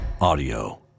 Audio